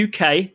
UK